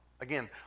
Again